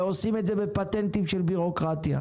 ועושים את זה בפטנטים של בירוקרטיה.